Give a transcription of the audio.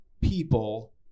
people